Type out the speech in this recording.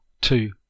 two